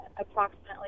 approximately